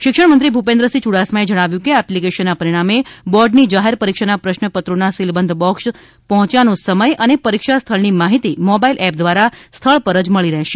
શિક્ષણમંત્રીશ્રી ભૂપેન્દ્ર સિંહ યૂડાસમાએ જણાવ્યું છે કેઆ એપ્લીકેશનના પરિણામે બોર્ડની જાહેર પરિક્ષાના પ્રશ્નપત્રોના સીલબંધ બોક્ષ પર્હોચ્યાનો સમય અને પરીક્ષા સ્થળની માહિતી મોબાઈલ એપ ઘ્વારા સ્થળ પર જ હવે મળી જશે